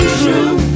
true